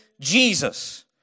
Jesus